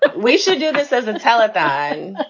but we should do this as a taliban